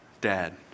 dad